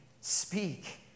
Speak